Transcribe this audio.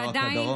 ועדיין,